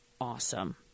Awesome